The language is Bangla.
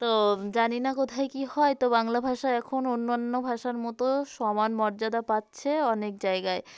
তো জানি না কোথায় কী হয় তো বাংলা ভাষা এখন অন্যান্য ভাষার মতো সমান মর্যাদা পাচ্ছে অনেক জায়গায়